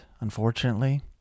unfortunately